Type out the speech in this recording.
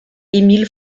émile